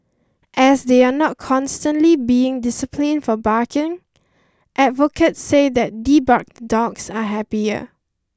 as they are not constantly being disciplined for barking advocates say that debarked dogs are happier